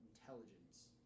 intelligence